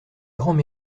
grands